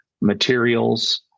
materials